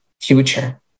future